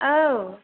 औ